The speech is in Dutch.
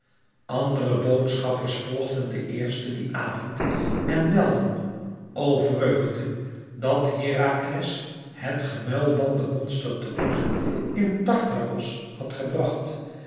andere boodschappers volgden de eerste dien avond en meldden o vreugde dat herakles het gemuilbande monster terug in tartaros had gebracht